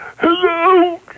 Hello